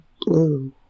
blue